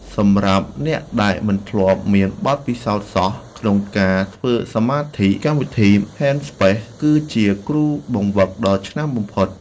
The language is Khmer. សម្រាប់អ្នកដែលមិនធ្លាប់មានបទពិសោធន៍សោះក្នុងការធ្វើសមាធិកម្មវិធី ហេតស្ប៉េស (Headspace) គឺជាគ្រូបង្វឹកដ៏ឆ្នើមបំផុត។